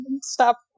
stop